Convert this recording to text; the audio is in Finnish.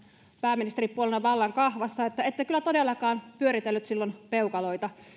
pääministeripuolueena vallan kahvassa seurasin että ette kyllä todellakaan pyöritellyt silloin peukaloita